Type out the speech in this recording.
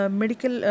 medical